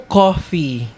coffee